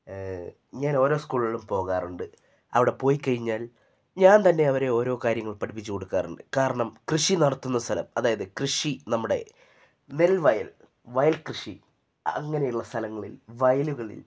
ഞാനോരോ സ്കൂളുകളിലും പോകാറുണ്ട് അവിടെ പോയിക്കഴിഞ്ഞാൽ ഞാൻ തന്നെ അവരെ ഓരോ കാര്യങ്ങൾ പഠിപ്പിച്ച് കൊടുക്കാറുണ്ട് കാരണം കൃഷി നടത്തുന്ന സ്ഥലം അതായത് കൃഷി നമ്മുടെ നെൽ വയൽ വയൽ കൃഷി അങ്ങനെയുള്ള സ്ഥലങ്ങളിൽ വയലുകളിൽ